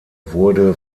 wurde